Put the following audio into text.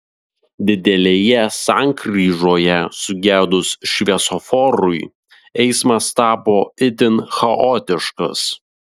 didelėje sankryžoje sugedus šviesoforui eismas tapo itin chaotiškas